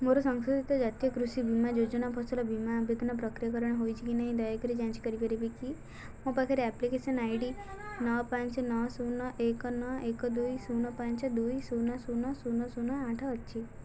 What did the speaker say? ମୋର ସଂଶୋଧିତ ଜାତୀୟ କୃଷି ବୀମା ଯୋଜନା ଫସଲ ବୀମା ଆବେଦନ ପ୍ରକ୍ରିୟାକରଣ ହୋଇଛି କି ନାହିଁ ଦୟାକରି ଯାଞ୍ଚ କରିପାରିବେ କି ମୋ ପାଖରେ ଆପ୍ଲିକେସନ୍ ଆଇ ଡି ନଅ ପାଞ୍ଚ ନଅ ଶୂନ ଏକ ନଅ ଏକ ଦୁଇ ଶୂନ ପାଞ୍ଚ ଦୁଇ ଶୂନ ଶୂନ ଶୂନ ଶୂନ ଆଠ ଅଛି